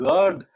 God